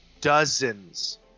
dozens